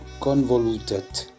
convoluted